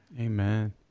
Amen